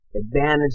advantage